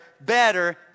better